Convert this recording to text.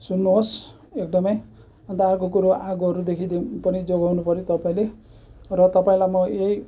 सुन्नुहोस् एकदमै अन्त अर्को कुरो आगोहरूदेखि पनि जोगाउनु पर्यो तपाईँले र तपाईँलाई म यही